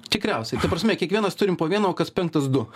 tikriausiai ta prasme kiekvienas turim po vieną o kas penktas du